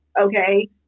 Okay